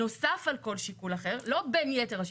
נוסף על כל שיקול אחר" לא בין יתר השיקולים,